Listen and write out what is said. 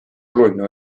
oluline